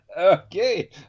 okay